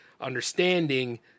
understanding